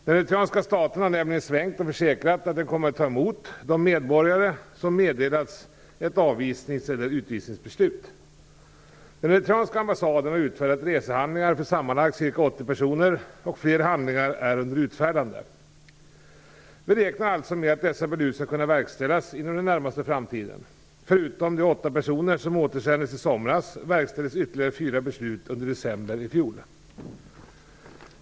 Den eritreanska staten har nämligen svängt och försäkrat att den kommer att ta emot de medborgare som meddelats ett avvisnings eller utvisningsbeslut. Den eritreanska ambassaden har utfärdat resehandlingar för sammanlagt ca 80 personer, och fler handlingar är under utfärdande. Vi räknar med att dessa beslut skall kunna verkställas inom den närmaste framtiden. Förutom de åtta personer som återsändes i somras verkställdes ytterligare fyra beslut under december i fjol.